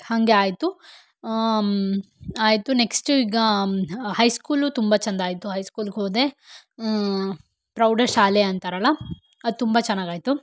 ಹಾಗೆ ಆಯಿತು ಆಯಿತು ನೆಕ್ಸ್ಟು ಈಗ ಹೈಸ್ಕೂಲೂ ತುಂಬ ಚಂದ ಆಯಿತು ಹೈಸ್ಕೂಲ್ಗೆ ಹೋದೆ ಪ್ರೌಢಶಾಲೆ ಅಂತಾರಲ್ಲ ಅದು ತುಂಬ ಚೆನ್ನಾಗಿ ಆಯಿತು